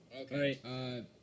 Okay